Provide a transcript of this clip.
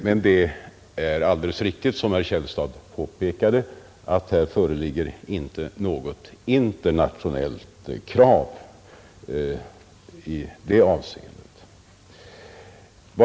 Men det är alldeles riktigt, som herr Källstad påpekade, att det inte föreligger något internationellt krav i det avseendet.